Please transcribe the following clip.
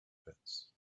pits